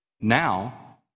now